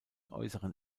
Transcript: äußeren